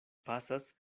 pasas